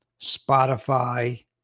Spotify